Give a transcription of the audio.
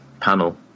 panel